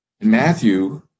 Matthew